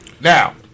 Now